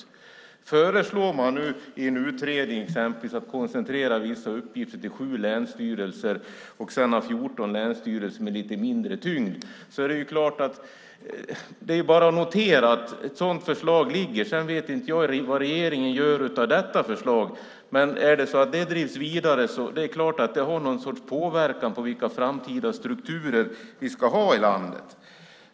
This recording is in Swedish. Man föreslår exempelvis i en utredning att koncentrera vissa uppgifter till 7 länsstyrelser och sedan ha 14 länsstyrelser med lite mindre tyngd. Det är bara att notera att ett sådant förslag ligger. Sedan vet inte jag vad regeringen gör av detta förslag. Men är det så att det drivs vidare är det klart att det har någon sorts påverkan på vilka framtida strukturer vi ska ha i landet.